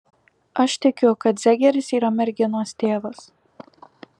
aš tikiu kad zegeris yra merginos tėvas